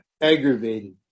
aggravated